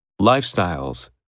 Lifestyles